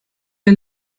the